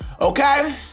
okay